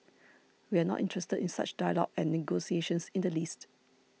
we are not interested in such dialogue and negotiations in the least